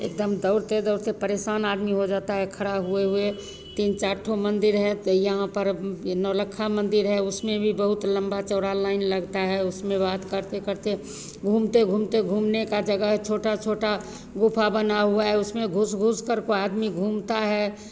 एकदम दौड़ते दौड़ते परेशान आदमी हो जाता है खड़ा हुए हुए तीन चार ठो मंदिर है यहाँ पर नौलखा मंदिर है उसमें भी बहुत लंबा चौड़ा लाइन लगता है उसमें बात करते करते घूमते घूमते घूमने का जगह है छोटा छोटा गुफ़ा बना हुआ है उसमें घुस घुस कर को आदमी घूमता है